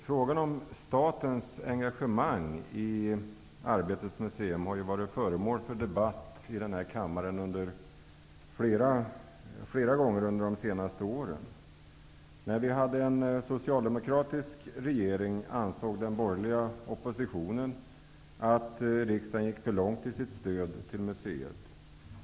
Frågan om statens engagemang i Arbetets museum har ju varit föremål för debatt i den här kammaren flera gånger under de senaste åren. När vi hade en socialdemokratisk regering ansåg den borgerliga oppositionen att riksdagen gick för långt i sitt stöd till museet.